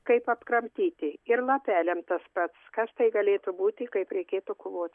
kaip apkramtyti ir lapeliam tas pats kas tai galėtų būti kaip reikėtų kovot